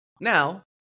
Now